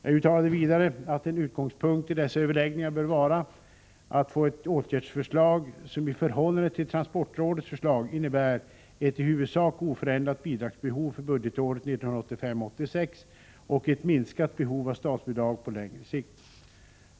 Jag uttalade vidare att en utgångspunkt i dessa överläggningar bör vara att få ett åtgärdsförslag som i förhållande till transportrådets förslag innebär ett i huvudsak oförändrat bidragsbehov för budgetåret 1985/86 och ett minskat behov av statsbidrag på längre sikt.